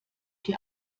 die